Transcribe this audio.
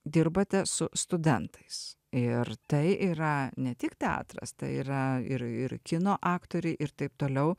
dirbate su studentais ir tai yra ne tik teatras tai yra ir ir kino aktoriai ir taip toliau